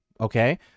Okay